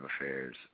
affairs